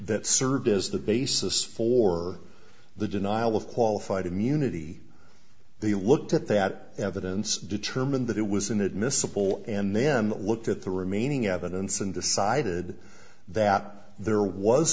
that served as the basis for the denial of qualified immunity they looked at that evidence determined that it was inadmissible and then looked at the remaining evidence and decided that there was